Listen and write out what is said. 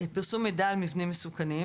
פרסום מידע על מבנים מסוכנים.